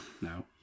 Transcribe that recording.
no